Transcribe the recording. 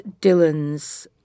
Dylan's